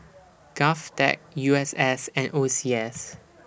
Govtech U S S and O C S